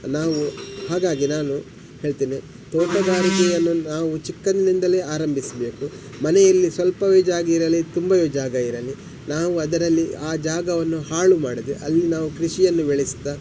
ನಾವು ಹಾಗಾಗಿ ನಾನು ಹೇಳ್ತೇನೆ ತೋಟಗಾರಿಕೆಯನ್ನು ನಾವು ಚಿಕ್ಕಂದಿನಿಂದಲೇ ಆರಂಭಿಸಬೇಕು ಮನೆಯಲ್ಲಿ ಸ್ವಲ್ಪವೇ ಜಾಗ ಇರಲಿ ತುಂಬವೇ ಜಾಗ ಇರಲಿ ನಾವು ಅದರಲ್ಲಿ ಆ ಜಾಗವನ್ನು ಹಾಳು ಮಾಡದೆ ಅಲ್ಲಿ ನಾವು ಕೃಷಿಯನ್ನು ಬೆಳೆಸ್ತಾ